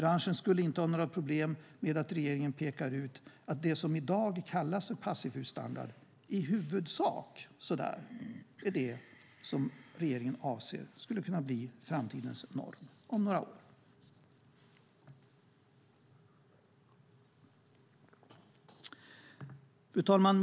Branschen skulle inte ha några problem med att regeringen pekar ut att det som i dag kallas för passivhusstandard i huvudsak är det som regeringen avser att göra till framtidens norm om några år. Fru talman!